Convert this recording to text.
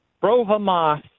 pro-Hamas